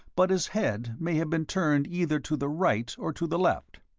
but his head may have been turned either to the right or to the left.